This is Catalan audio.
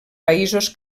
països